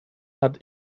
hat